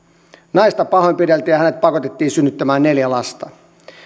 naista pahoinpideltiin ja hänet pakotettiin synnyttämään neljä lasta